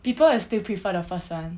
people will still prefer the first one